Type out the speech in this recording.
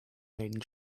maiden